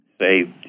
say